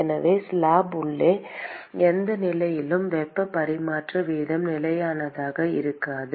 எனவே ஸ்லாப் உள்ளே எந்த நிலையிலும் வெப்ப பரிமாற்ற வீதம் நிலையானதாக இருக்காது